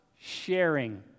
sharing